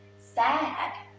sad,